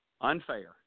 unfair